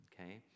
okay